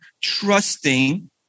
trusting